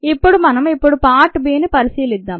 ఇప్పుడు మనం ఇప్పుడు పార్ట్ b ని పరిశీలిద్దాము